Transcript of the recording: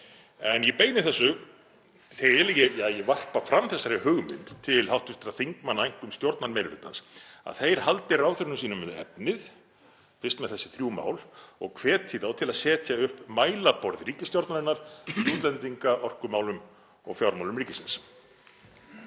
Ég beini þessu til eða varpa fram þessari hugmynd til hv. þingmanna, einkum stjórnarmeirihlutans, að þeir haldi ráðherrum sínum við efnið, fyrst með þessi þrjú mál, og hvetji þá til að setja upp mælaborð ríkisstjórnarinnar í útlendingamálum, orkumálum og fjármálum ríkisins.